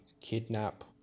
kidnap